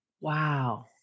Wow